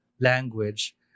language